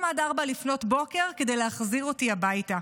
גם עד 04:00, כדי להחזיר אותי הביתה.